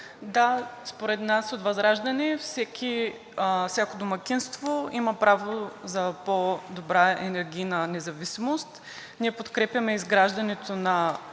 Да, според нас от ВЪЗРАЖДАНЕ всяко домакинство има право на по-добра енергийна независимост. Ние подкрепяме изграждането на